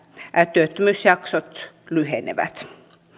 työttömyysjaksot lyhenevät